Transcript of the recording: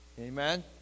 Amen